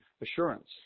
assurance